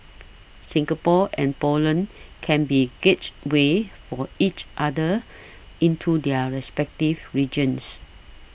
Singapore and Poland can be gateways for each other into their respective regions